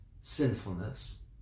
sinfulness